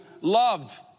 love